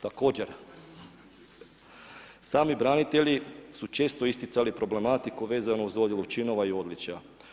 Također, sami branitelji su često isticali problematiku vezanu uz dodjelu činova i odličja.